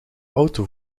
auto